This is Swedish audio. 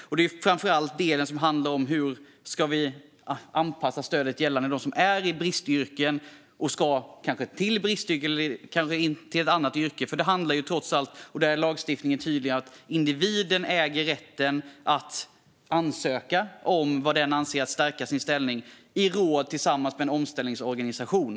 Det gäller framför allt den del som handlar om hur vi ska anpassa stödet för dem som är i bristyrken och ska till ett bristyrke eller kanske ett annat yrke. Det handlar ju trots allt - här är lagstiftningen tydlig - om att individen äger rätten att ansöka om det man anser sig behöva för att stärka sin ställning, i samråd med en omställningsorganisation.